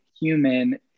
Human